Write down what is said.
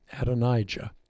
Adonijah